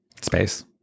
Space